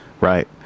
Right